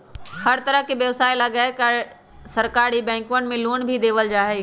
हर तरह के व्यवसाय ला गैर सरकारी बैंकवन मे लोन भी देवल जाहई